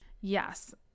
yes